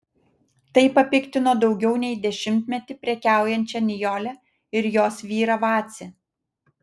tai papiktino daugiau nei dešimtmetį prekiaujančią nijolę ir jos vyrą vacį